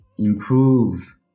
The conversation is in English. improve